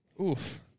Oof